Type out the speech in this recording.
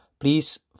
please